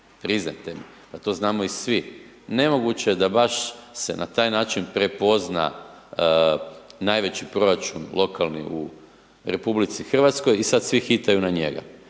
priznajte mi, pa to znamo i svi, nemoguće je da baš se na taj način prepozna najveći proračun lokalni u RH i sad svi hitaju na njega.